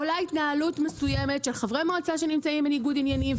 עולה התנהלות מסוימת של חברי מועצה שנמצאים בניגוד עניינים,